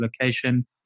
location